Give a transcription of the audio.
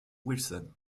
wilson